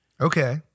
Okay